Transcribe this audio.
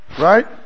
Right